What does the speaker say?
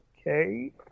okay